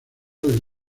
del